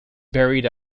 buried